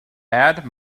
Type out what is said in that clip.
add